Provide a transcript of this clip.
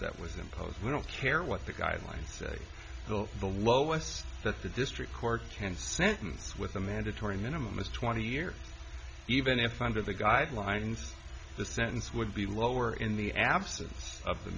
that was imposed i don't care what the guidelines the lowest that the district court can sentence with a mandatory minimum is twenty years even if under the guidelines the sentence would be lower in the absence of the